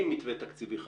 עם מתווה תקציבי חדש,